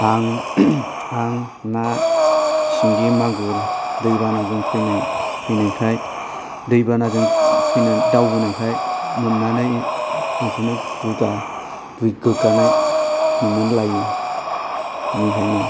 आं आं ना सिंगि मागुर दैबानाजों फैनाय फैनायखाय दैबानाजों फैनानै दावबोनायखाय मोननानै बेखौनो दुगा गोगानाय मोननानै लायो बिनिखायनो